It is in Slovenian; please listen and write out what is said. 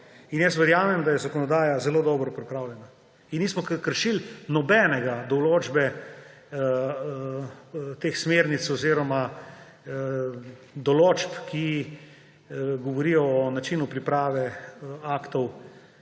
Jaz verjamem, da je zakonodaja zelo dobro pripravljena, in nismo kršili nobene določbe teh smernic oziroma določb, ki govorijo o načinu priprave aktov,